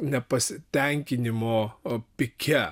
nepasitenkinimo pike